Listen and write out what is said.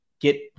get